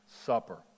Supper